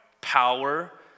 power